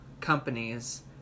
companies